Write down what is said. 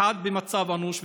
אחד במצב אנוש,